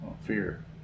fear